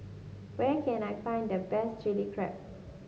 where can I find the best Chilli Crab